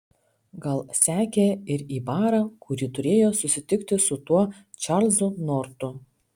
gal sekė ir į barą kur ji turėjo susitikti su tuo čarlzu nortu